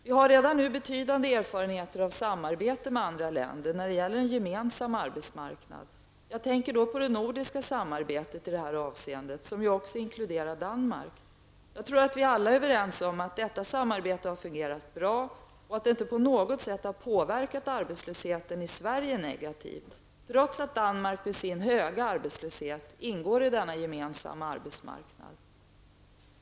Vi har redan nu betydande erfarenheter av samarbete med andra länder när det gäller en gemensam arbesmarknad. Jag tänker då på det nordiska samarbetet i detta avseende, som också inkluderar Danmark. Jag tror att vi alla är överens om att detta samarbete har fungerat bra och att det inte på något sätt har påverkat arbetslösheten i Sverige negativt, trots att Danmark med sin höga arbetslöshet ingår i denna gemensamma arbetsmarknad.